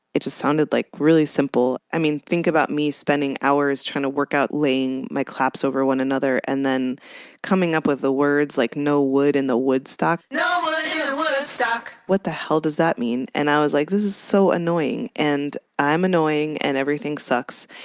it just sounded like really simple. i mean, think about me spending hours trying to work out, laying my claps over one another and then coming up with the words like, no wood in the woodstock. ah what the hell does that mean? and i was like, this is so annoying and i'm annoying and everything sucks.